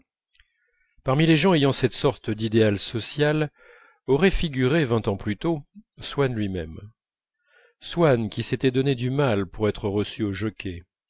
parmi les gens ayant cette sorte d'idéal social aurait figuré vingt ans plus tôt swann lui-même swann qui s'était donné du mal pour être reçu au jockey